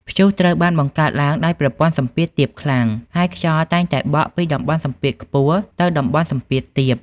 ព្យុះត្រូវបានបង្កើតឡើងដោយប្រព័ន្ធសម្ពាធទាបខ្លាំង ហើយខ្យល់តែងតែបក់ពីតំបន់សម្ពាធខ្ពស់ទៅតំបន់សម្ពាធទាប។